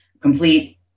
complete